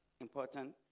important